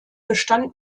bestand